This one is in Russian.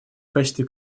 качестве